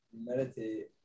meditate